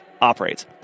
operates